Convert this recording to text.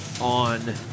on